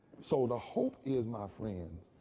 so the hope is my, friend,